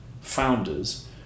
founders